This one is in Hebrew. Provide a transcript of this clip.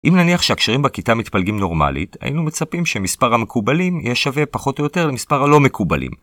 אם נניח שהקשרים בכיתה מתפלגים נורמלית, היינו מצפים שמספר המקובלים יהיה שווה פחות או יותר למספר הלא מקובלים.